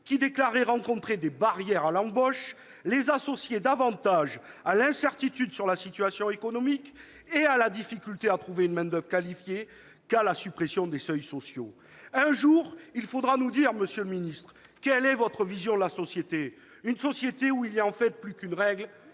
déclarant rencontrer des « barrières à l'embauche » les associaient davantage à l'incertitude sur la situation économique et à la difficulté de trouver une main-d'oeuvre qualifiée qu'à la suppression des seuils sociaux. Un jour, monsieur le ministre, il faudra nous dire quelle est votre vision de la société. Une société où il n'y a en fait qu'une seule